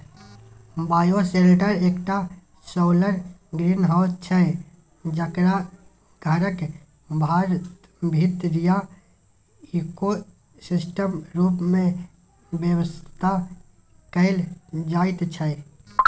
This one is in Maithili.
बायोसेल्टर एकटा सौलर ग्रीनहाउस छै जकरा घरक भीतरीया इकोसिस्टम रुप मे बेबस्था कएल जाइत छै